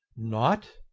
not?